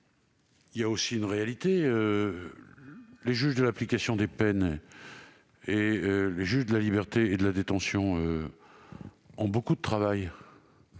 il y a aussi une réalité : les juges de l'application des peines et les juges des libertés et de la détention ont beaucoup de travail.